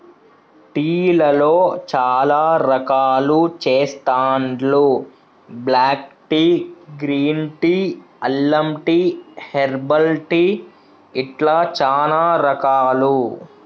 tea లలో చాల రకాలు చెస్తాండ్లు బ్లాక్ టీ, గ్రీన్ టీ, అల్లం టీ, హెర్బల్ టీ ఇట్లా చానా రకాలు